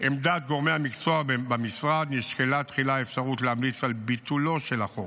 עמדת גורמי המקצוע במשרד נשקלה תחילה האפשרות להמליץ על ביטולו של החוק